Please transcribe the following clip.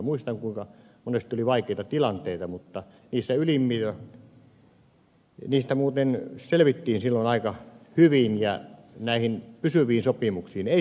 muistan kuinka monesti oli vaikeita tilanteita mutta niistä muuten selvittiin silloin aika hyvin ja näihin pysyviin sopimuksiin ei silloin puututtu